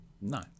No